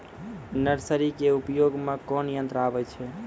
Nursery के उपयोग मे कोन यंत्र आबै छै?